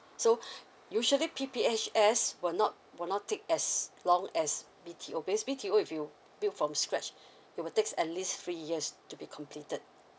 so usually P_P_H_S will not will not take as long as B_T_O base B_T_O if you build from scratch it will takes at least three years to be completed